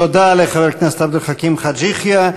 תודה לחבר הכנסת עבד אל חכים חאג' יחיא.